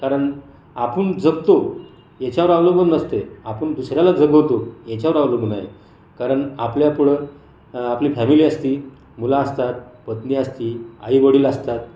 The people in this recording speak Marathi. कारण आपण जगतो याच्यावर अवलंबून नसतंय आपण दुसऱ्याला जगवतो याच्यावर अवलंबून आहे कारण आपल्यापुढं आपली फॅमिली असते मुलं असतात पत्नी असती आईवडील असतात